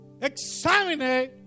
examine